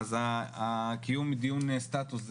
אז הקיום דיון סטטוס,